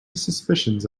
suspicions